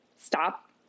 stop